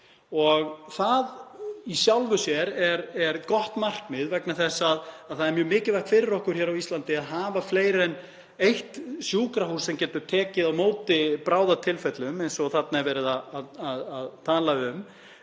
og það í sjálfu sér er gott markmið vegna þess að það er mjög mikilvægt fyrir okkur hér á Íslandi að hafa fleiri en eitt sjúkrahús sem getur tekið á móti bráðatilfellum eins og þarna er verið að tala um,